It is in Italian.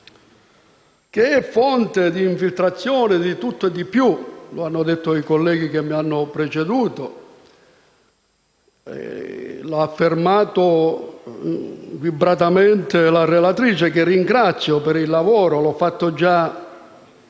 che è fonte di infiltrazione, di tutto e di più, come hanno detto i colleghi che mi hanno preceduto. Lo ha affermato vibratamente anche la relatrice, che ringrazio per il lavoro svolto,